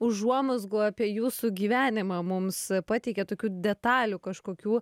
užuomazgų apie jūsų gyvenimą mums pateikia tokių detalių kažkokių